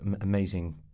amazing